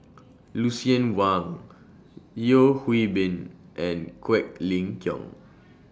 Lucien Wang Yeo Hwee Bin and Quek Ling Kiong